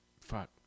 Fuck